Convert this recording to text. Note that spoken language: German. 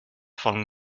von